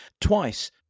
twice